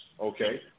okay